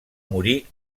morir